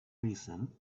reason